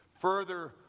further